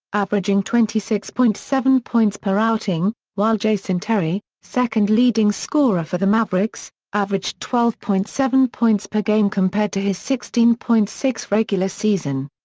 averaging twenty six point seven points per outing, while jason terry, second-leading scorer for the mavericks, averaged twelve point seven points per game compared to his sixteen point six regular season.